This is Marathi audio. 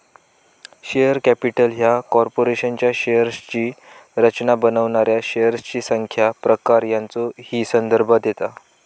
शेअर कॅपिटल ह्या कॉर्पोरेशनच्या शेअर्सची रचना बनवणाऱ्या शेअर्सची संख्या, प्रकार यांचो ही संदर्भ देता